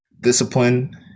discipline